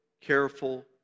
careful